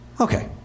Okay